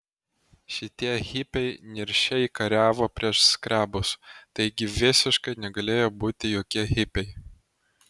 šitie hipiai niršiai kariavo prieš skrebus taigi visiškai negalėjo būti jokie hipiai